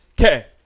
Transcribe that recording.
Okay